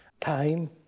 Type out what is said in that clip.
Time